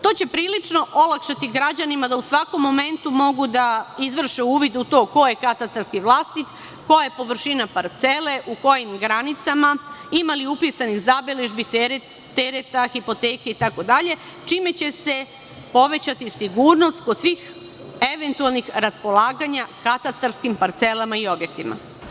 To će prilično olakšati građanima da u svakom momentu mogu da izvrše uvid u to ko je katastarski vlasnik, koja je površina parcele, u kojim granicama, imali upisanih zabeležbi, tereta, hipoteke itd, čime će se povećati sigurnost kod svih eventualnih raspolaganja katastarskim parcelama i objektima.